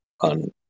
on